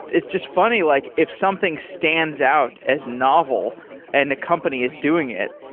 it's just funny. like if something stands out as novel and a company is doing it,